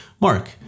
Mark